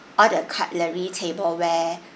all the cutlery tableware